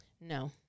No